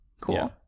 Cool